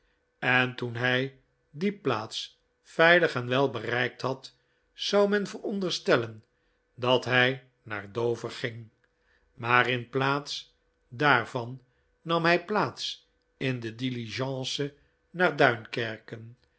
en toen hij die plaats veilig en wel bereikt had zou men veronderstellen dat hij naar dover ging maar in plaats daarvan nam hij plaats in de diligence naar duinkerken en